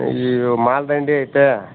ಇವು ಮಾಲ್ದಂಡಿ ಐತೆ